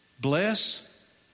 Bless